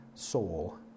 soul